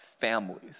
families